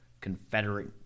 Confederate